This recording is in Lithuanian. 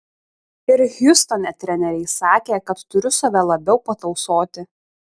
ir hjustone treneriai sakė kad turiu save labiau patausoti